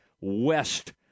West